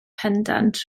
pendant